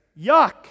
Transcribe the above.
Yuck